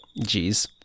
Jeez